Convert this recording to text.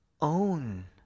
Own